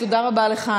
תודה רבה לך,